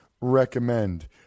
recommend